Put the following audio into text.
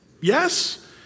Yes